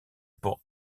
pour